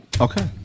okay